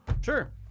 Sure